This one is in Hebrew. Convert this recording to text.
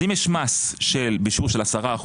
אם יש מס בשיעור 10%,